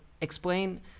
explain